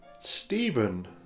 Stephen